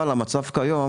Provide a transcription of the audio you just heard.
אבל המצב כיום